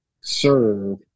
serve